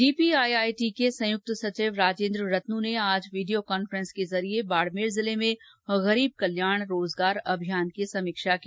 DPIIT के संयुक्त सचिव राजेन्द्र रतनू ने आज वीडियो कॉन्फ्रेन्स के जरिये बाड़मेर जिले में गरीब कल्याण रोजगार अभियान की समीक्षा की